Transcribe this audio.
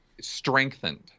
strengthened